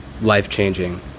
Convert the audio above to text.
life-changing